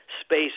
Space